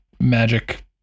magic